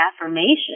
affirmation